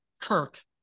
kirk